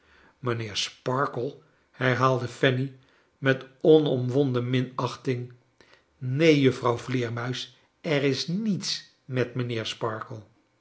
mijnheer sparkler herhaalde fanny met onomwonden minachting neen juffrouw vleermuis er is niets met mgnheer sparkler